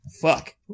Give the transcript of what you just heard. Fuck